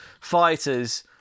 fighters